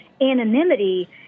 anonymity